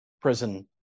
prison